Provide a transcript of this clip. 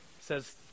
says